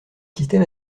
système